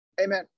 Amen